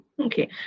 Okay